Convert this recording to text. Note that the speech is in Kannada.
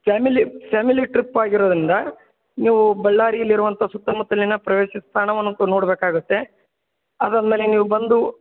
ಫ್ಯಾಮಿಲಿ ಫ್ಯಾಮಿಲಿ ಟ್ರಿಪ್ ಆಗಿರೋದರಿಂದ ನೀವು ಬಳ್ಳಾರೀಲ್ಲಿ ಇರುವಂಥ ಸುತ್ತಮುತ್ತಲಿನ ಪ್ರವಾಸಿ ತಾಣವನ್ನಂತು ನೋಡಬೇಕಾಗುತ್ತೆ ಅದಾದ ಮೇಲೆ ನೀವು ಬಂದು